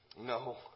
No